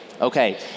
Okay